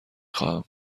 خواهم